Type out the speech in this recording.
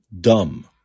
dumb